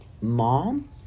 Mom